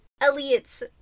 Elliot's